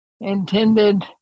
intended